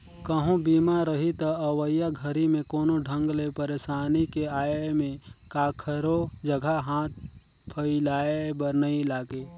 कहूँ बीमा रही त अवइया घरी मे कोनो ढंग ले परसानी के आये में काखरो जघा हाथ फइलाये बर नइ लागे